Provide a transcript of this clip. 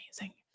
amazing